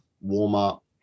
warm-up